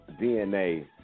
DNA